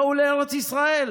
בואו לארץ ישראל.